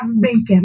bacon